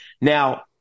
Now